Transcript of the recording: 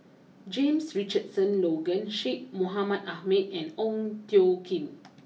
James Richardson Logan Syed Mohamed Ahmed and Ong Tjoe Kim